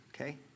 Okay